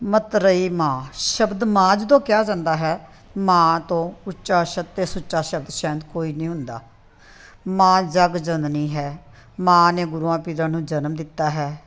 ਮਤਰੇਈ ਮਾਂ ਸ਼ਬਦ ਮਾਂ ਜਦੋਂ ਕਿਹਾ ਜਾਂਦਾ ਹੈ ਮਾਂ ਤੋਂ ਉੱਚਾ ਸ਼ਬਦ ਅਤੇ ਸੁੱਚਾ ਸ਼ਬਦ ਸ਼ਾਇਦ ਕੋਈ ਨਹੀਂ ਹੁੰਦਾ ਮਾਂ ਜਗ ਜਨਣੀ ਹੈ ਮਾਂ ਨੇ ਗੁਰੂਆਂ ਪੀਰਾਂ ਨੂੰ ਜਨਮ ਦਿੱਤਾ ਹੈ